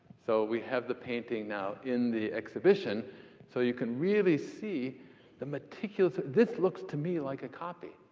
so we have the painting now in the exhibition so you can really see the meticulous. this looks to me like a copy.